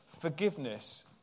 Forgiveness